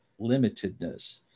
limitedness